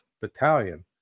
Battalion